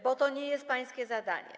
bo to nie jest pańskie zadanie.